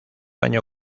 año